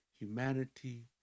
humanity